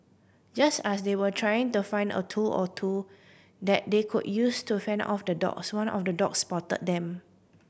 just as they were trying to find a tool or two that they could use to fend off the dogs one of the dogs spotted them